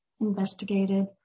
investigated